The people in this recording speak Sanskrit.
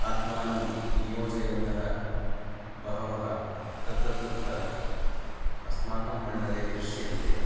आत्मानं नियोजयन्तः बहवः तत्र तत्र अस्माकं मण्डले दृश्यन्ते